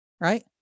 right